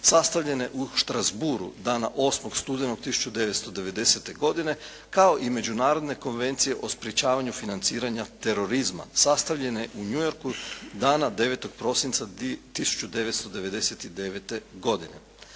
sastavljene u Strasbourgu dana 8. studenog 1990. godine, kao i Međunarodne konvencije o sprječavanju financiranja terorizma sastavljene u New Yorku dana 9. prosinca 1999. godine.